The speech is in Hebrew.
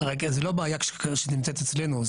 זו לא בעיה שנמצאת אצלנו,